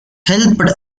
helped